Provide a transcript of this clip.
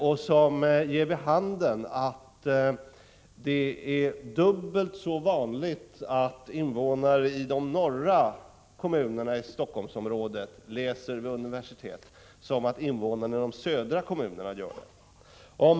Den ger vid handen att det är dubbelt så vanligt att invånare i de norra kommunerna i Helsingforssområdet läser vid universitet som att invånare i de södra kommunerna gör det.